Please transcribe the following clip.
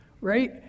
Right